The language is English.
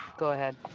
go ahead.